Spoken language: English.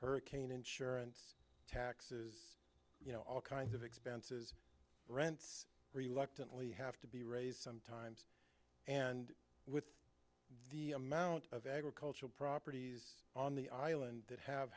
hurricane insurance taxes you know all kinds of expenses rents are you luck didn't lee have to be raised some time and with the amount of agricultural properties on the island that have